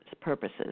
purposes